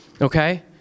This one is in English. Okay